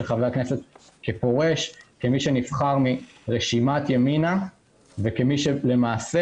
חבר הכנסת כפורש כמי שנבחר מרשימת ימינה וכמי למעשה,